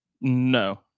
No